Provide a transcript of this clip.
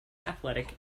athletic